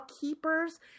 keepers